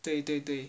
对对对